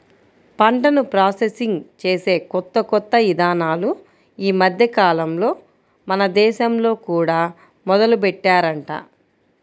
పంటను ప్రాసెసింగ్ చేసే కొత్త కొత్త ఇదానాలు ఈ మద్దెకాలంలో మన దేశంలో కూడా మొదలుబెట్టారంట